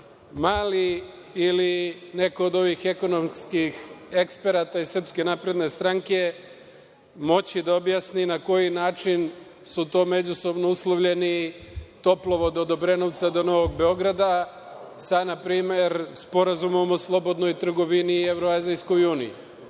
Mali ili neko od ovih ekonomskih eksperata iz SNS moći da objasni na koji način su to međusobno uslovljeni toplovod od Obrenovca do Novog Beograda, sa npr. Sporazumom o slobodnoj trgovini i Evroazijskoj uniji.